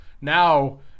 now